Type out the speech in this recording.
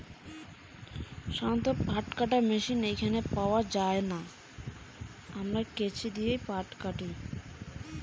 পাট কাটার জন্য স্বল্পমূল্যে সবচেয়ে ভালো মেশিন কোনটি এবং সেটি কোথায় পাওয়া য়ায়?